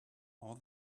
all